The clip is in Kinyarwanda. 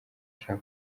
jean